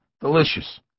delicious